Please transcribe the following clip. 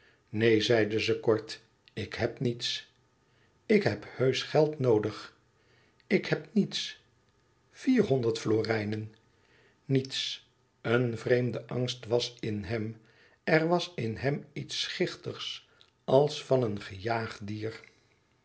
neen zeide ze kort ik heb niets ik heb heusch geld noodig ik heb niets vierhonderd florijnen niets een vreemde angt was in hem er was in hem iets schichtigs als van een gejaagd dier